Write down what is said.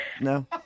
No